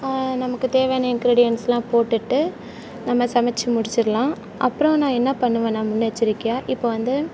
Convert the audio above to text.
நமக்கு தேவையான இன்க்ரீடியன்ஸ்லாம் போட்டுட்டு நம்ம சமச்சு முடிச்சுர்லாம் அப்புறோம் நான் என்ன பண்ணுவேனா முன்னெச்சரிக்கையாக இப்போ வந்து